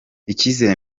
icyizere